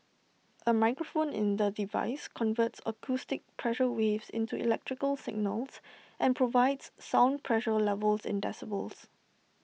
A microphone in the device converts acoustic pressure waves into electrical signals and provides sound pressure levels in decibels